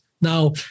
Now